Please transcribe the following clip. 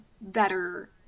better